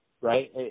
right